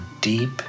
deep